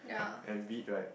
and weed right